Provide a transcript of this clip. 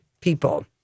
people